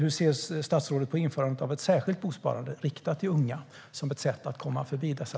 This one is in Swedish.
Hur ser statsrådet på införande av ett särskilt bosparande riktat till unga som ett sätt att komma förbi detta?